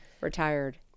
Retired